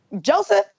Joseph